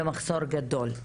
ומחסור גדול,